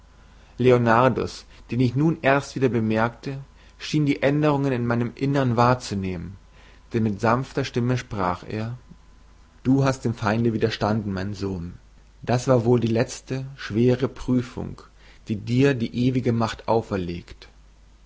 leonardus den ich nun erst wieder bemerkte schien die änderung in meinem innern wahrzunehmen denn mit sanfter stimme sprach er du hast dem feinde widerstanden mein sohn das war wohl die letzte schwere prüfung die dir die ewige macht auferlegt